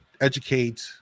educate